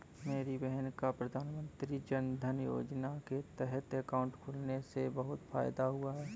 मेरी बहन का प्रधानमंत्री जनधन योजना के तहत अकाउंट खुलने से बहुत फायदा हुआ है